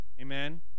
Amen